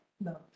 no